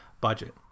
budget